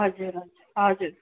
हजुर हजुर हजुर